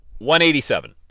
187